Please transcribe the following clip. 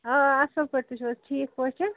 آ اَصٕل پٲٹھۍ تُہۍ چھو حظ ٹھیٖک پٲٹھۍ